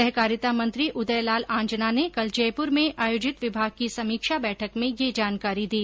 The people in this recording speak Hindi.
सहकारिता मंत्री उदय लाल आंजना ने कल जयपुर में आयोजित विभाग की समीक्षा बैठक में ये जानकारी दी